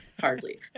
hardly